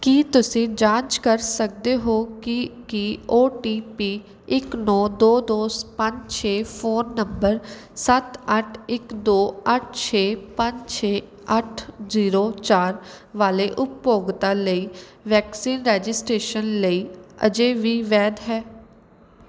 ਕੀ ਤੁਸੀਂ ਜਾਂਚ ਕਰ ਸਕਦੇ ਹੋ ਕਿ ਕੀ ਓ ਟੀ ਪੀ ਇੱਕ ਨੌਂ ਦੋ ਦੋ ਪੰਜ ਛੇ ਫ਼ੋਨ ਨੰਬਰ ਸੱਤ ਅੱਠ ਇੱਕ ਦੋ ਅੱਠ ਛੇ ਪੰਜ ਛੇ ਅੱਠ ਜੀਰੋ ਚਾਰ ਵਾਲੇ ਉਪਭੋਗਤਾ ਲਈ ਵੈਕਸੀਨ ਰੈਜਿਸਟ੍ਰੇਸ਼ਨ ਲਈ ਅਜੇ ਵੀ ਵੈਧ ਹੈ